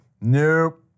Nope